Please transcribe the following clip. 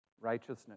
Righteousness